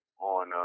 on